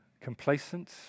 complacent